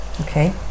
Okay